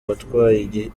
watwaye